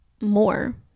more